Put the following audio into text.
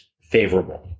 favorable